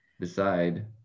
decide